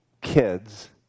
kids